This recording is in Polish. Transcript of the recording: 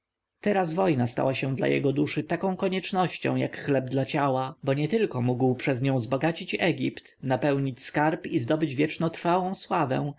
teraz wojna stała się dla jego duszy taką koniecznością jak chleb dla ciała bo nietylko mógł przez nią zbogacić egipt napełnić skarb i zdobyć wiecznotrwałą sławę